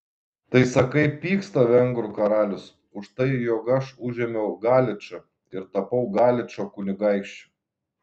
tai sakai pyksta vengrų karalius už tai jog aš užėmiau galičą ir tapau galičo kunigaikščiu